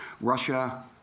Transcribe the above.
Russia